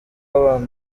abana